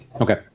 Okay